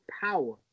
power